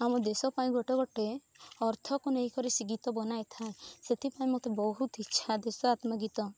ଆମ ଦେଶ ପାଇଁ ଗୋଟେ ଗୋଟେ ଅର୍ଥକୁ ନେଇକରି ସେ ଗୀତ ବନାଇଥାଏ ସେଥିପାଇଁ ମତେ ବହୁତ ଇଚ୍ଛା ଦେଶାତ୍ମ ଗୀତ